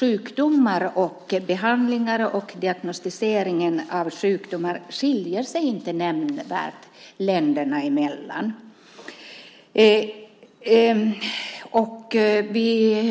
Sjukdomar och behandlingar och diagnostiseringen av sjukdomar skiljer sig inte nämnvärt länderna emellan, och vi